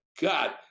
God